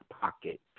pocket